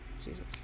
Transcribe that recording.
Jesus